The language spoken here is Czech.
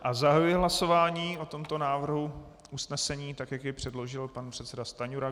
A zahajuji hlasování o tomto návrhu usnesení tak, jak jej předložil pan předseda Stanjura.